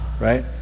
right